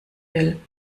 will